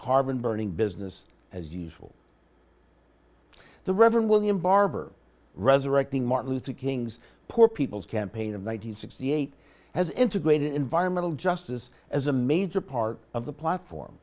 carbon burning business as usual the reverend william barber resurrecting martin luther king's poor people's campaign of one hundred and sixty eight has integrated environmental justice as a major part of the platform